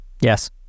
Yes